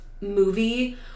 movie